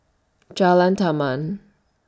Jalan Taman